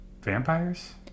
vampires